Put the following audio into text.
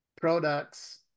products